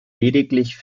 lediglich